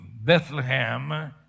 Bethlehem